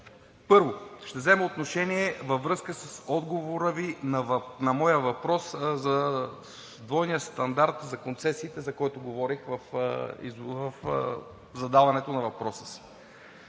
Първо, ще взема отношение във връзка с отговора Ви на моя въпрос – за двойния стандарт на концесиите, за който говорих, при задаването на въпроса си.